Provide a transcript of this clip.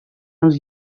els